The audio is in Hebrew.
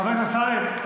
חבר הכנסת אמסלם,